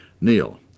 Neil